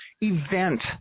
event